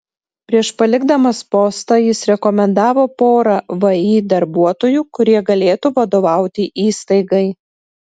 prieš palikdamas postą jis rekomendavo porą vį darbuotojų kurie galėtų vadovauti įstaigai